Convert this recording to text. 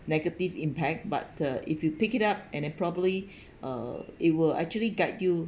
negative impact but if you pick it up and then probably uh it will actually guide you